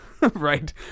right